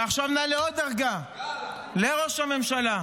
ועכשיו נעלה עוד דרגה, אל ראש הממשלה.